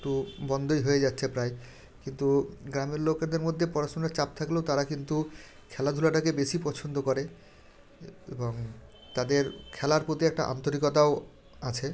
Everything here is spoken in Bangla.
তো বন্ধই হয়ে যাচ্ছে প্রায় কিন্তু গ্রামের লোকেদের মধ্যে পড়াশোনার চাপ থাকলেও তারা কিন্তু খেলাধুলাটাকে বেশি পছন্দ করে এবং তাদের খেলার প্রতি একটা আন্তরিকতাও আছে